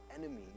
enemies